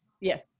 Yes